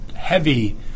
heavy